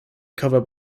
cover